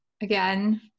again